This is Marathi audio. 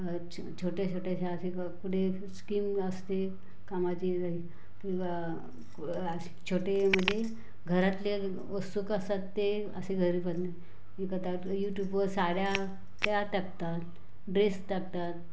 छोट्या छोट्याश्या असे क कुठे स्कीम असते कामाची जाइ किंवा असे छोटे म्हणजे घरातले वस्तू असतात ते असे घरी पण विकतात यूटूबवर साड्या त्या टाकतात ड्रेस टाकतात